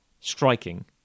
striking